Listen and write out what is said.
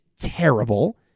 terrible